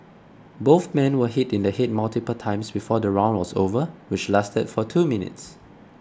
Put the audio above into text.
both men were hit in the head multiple times before the round was over which lasted for two minutes